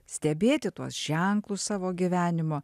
stebėti tuos ženklus savo gyvenimo